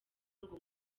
ngo